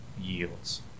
yields